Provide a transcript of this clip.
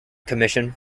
commission